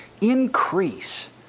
increase